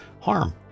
Harm